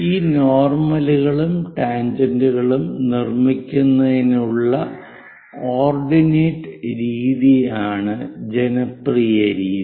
ഈ നോർമലുകളും ടാൻജെന്റുകളും നിർമ്മിക്കുന്നതിനുള്ള ഓർഡിനേറ്റ് രീതിയാണ് ജനപ്രിയ രീതി